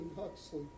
Huxley